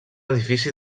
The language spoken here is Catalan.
edifici